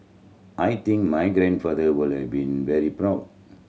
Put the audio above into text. I think my grandfather will have been very proud